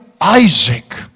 Isaac